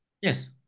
Yes